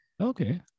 Okay